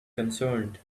concerned